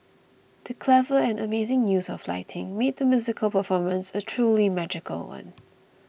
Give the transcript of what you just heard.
the clever and amazing use of lighting made the musical performance a truly magical one